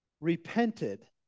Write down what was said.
repented